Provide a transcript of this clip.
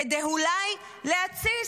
כדי אולי להתסיס.